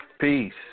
Peace